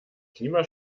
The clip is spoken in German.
klima